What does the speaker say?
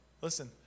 listen